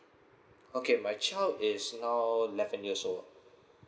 okay my child is now eleven years old